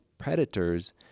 predators